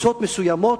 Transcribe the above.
שקבוצות מסוימות,